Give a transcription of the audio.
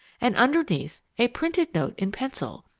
and underneath, a printed note in pencil,